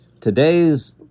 Today's